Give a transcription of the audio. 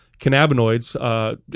cannabinoids